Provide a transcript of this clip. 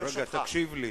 ברשותך.